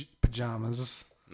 pajamas